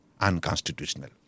unconstitutional